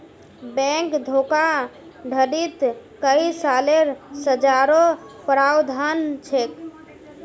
bank धोखाधडीत कई सालेर सज़ारो प्रावधान छेक